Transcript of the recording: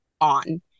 on